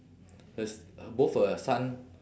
her s~ both her son